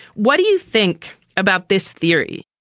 what do you think about this theory?